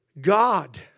God